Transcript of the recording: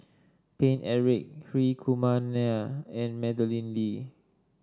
Paine Eric Hri Kumar Nair and Madeleine Lee